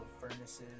furnaces